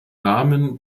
namen